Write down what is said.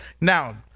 Now